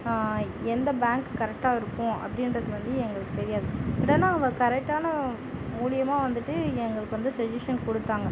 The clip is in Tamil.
எந்த பேங்க் கரெக்டாகருக்கும் அப்படின்றது வந்து எங்களுக்கு தெரியாது இதெல்லாம் அவள் கரெக்டான மூலயமா வந்துட்டு எங்களுக்கு வந்து சொல்யூஷன் கொடுத்தாங்க